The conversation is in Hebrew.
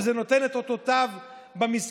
וזה נותן את אותותיו במספרים.